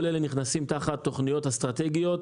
כל אלה נכנסים תחת תוכניות אסטרטגיות.